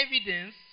evidence